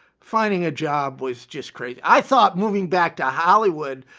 finding a job was just crazy. i thought moving back to hollywood,